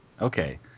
Okay